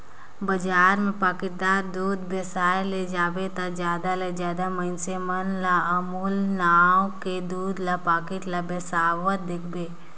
बजार में पाकिटदार दूद बेसाए ले जाबे ता जादा ले जादा मइनसे मन ल अमूल नांव कर दूद पाकिट ल बेसावत देखबे